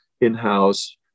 in-house